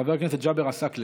חבר הכנסת ג'אבר עסאקלה